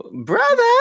brother